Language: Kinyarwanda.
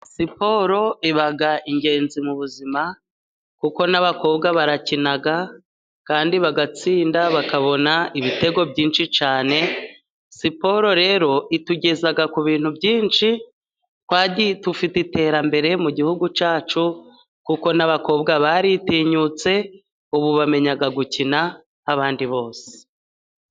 Siporo iba ingenzi mu buzima kuko n'abakobwa barakina kandi bagatsinda bakabona ibitego byinshi cyane. Siporo rero itugeza ku bintu byinshi, kandi dufite iterambere mu gihugu cyacu kuko n'abakobwa baritinyutse, ubu bamenya gukina nk'abandi bose.